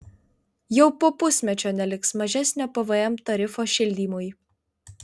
jau po pusmečio neliks mažesnio pvm tarifo šildymui